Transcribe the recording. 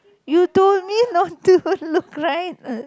you told me not to look right